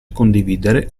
condividere